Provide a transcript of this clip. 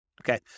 okay